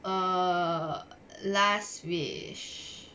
err last wish